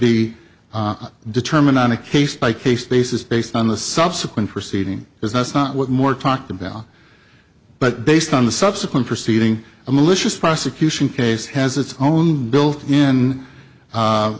be determined on a case by case basis based on the subsequent proceeding is not what more talked about but based on the subsequent proceeding a malicious prosecution case has its own built in